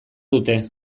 dute